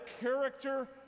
character